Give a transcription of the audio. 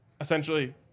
essentially